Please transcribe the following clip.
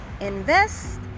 invest